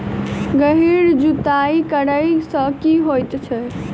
गहिर जुताई करैय सँ की होइ छै?